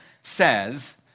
says